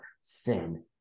Sin